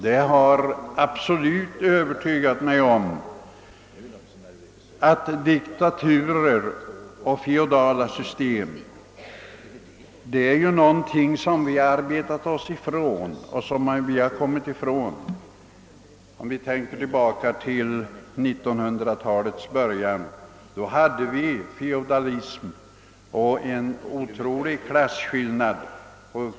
Vi har i vårt land arbetat oss ifrån feodalism fram till demokrati från att vid 1900-talets början hade vi ett feodalt system och mycket utpräglade klasskillnader.